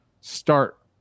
start